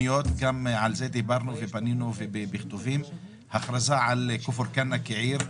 מה קורה עם ההכרזה על כפר כנא כעיר?